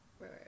right